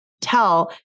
tell